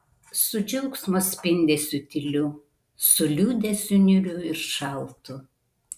su džiaugsmo spindesiu tyliu su liūdesiu niūriu ir šaltu